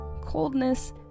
coldness